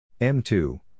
M2